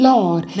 Lord